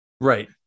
right